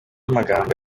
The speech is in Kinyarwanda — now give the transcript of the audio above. magambo